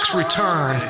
return